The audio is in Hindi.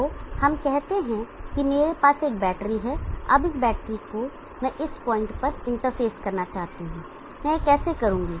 तो हम कहते हैं कि मेरे पास एक बैटरी है अब इस बैटरी को मैं इस पॉइंट पर इंटरफ़ेस करना चाहता हूं मैं यह कैसे करूंगा